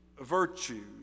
virtue